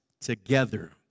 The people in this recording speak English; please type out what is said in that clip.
together